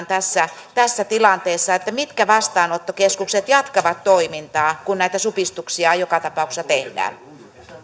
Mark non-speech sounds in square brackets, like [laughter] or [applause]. [unintelligible] tässä tässä tilanteessa se mitkä vastaanottokeskukset jatkavat toimintaa kun näitä supistuksia joka tapauksessa tehdään